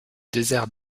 désert